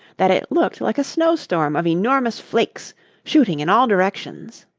that it looked like a snow storm of enormous flakes shooting in all directions.